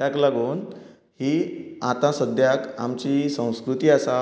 ताका लागून ही आता सद्याक आमची संस्कृती आसा